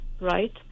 right